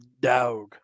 dog